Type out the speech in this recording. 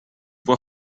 può